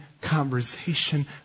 conversation